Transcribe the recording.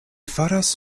faras